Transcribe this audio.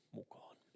mukaan